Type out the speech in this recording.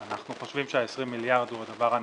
אנחנו חושבים שה-20 מיליארד הוא הדבר הנכון.